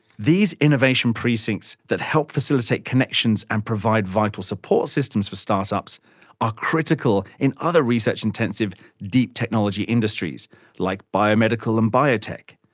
these innovation precincts that help facilitate connections and provide vital support systems for start-ups are critical in other research intensive, deep technology industries like biomedical and biotech.